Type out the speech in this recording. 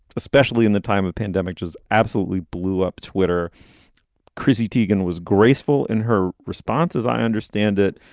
especially in the time of pandemic's is absolutely blew up. twitter chrissy tiguan was graceful in her response, as i understand it,